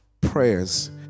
prayers